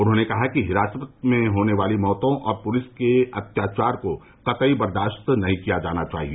उन्होंने कहा कि हिरासत में होने वाली मौतों और पुलिस के अत्याचार को कतई बर्दाश्त नहीं किया जाना चाहिए